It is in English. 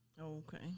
Okay